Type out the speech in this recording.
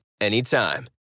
anytime